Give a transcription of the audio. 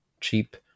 cheap